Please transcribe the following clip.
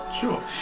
Sure